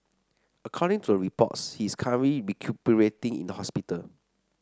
according to the reports he is currently recuperating in the hospital